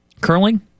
curling